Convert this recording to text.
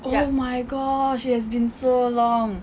oh my gosh it has been so long